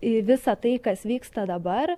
į visą tai kas vyksta dabar